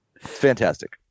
Fantastic